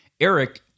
Eric